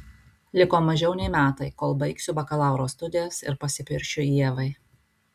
liko mažiau nei metai kol baigsiu bakalauro studijas ir pasipiršiu ievai